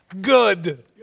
Good